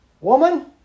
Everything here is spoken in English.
woman